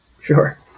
Sure